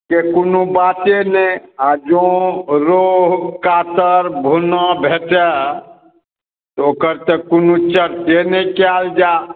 के कोनो बाते नहि आ जँ रोहु कातल घुना भईचा तऽ ओकर तऽ कोनो चर्चे नहि कयल जाए